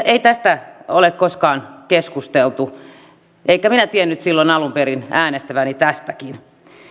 ei tästä ole koskaan keskusteltu en minä tiennyt silloin alun perin äänestäväni tästäkin